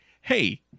hey